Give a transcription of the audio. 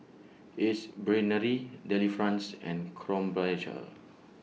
Ace Brainery Delifrance and Krombacher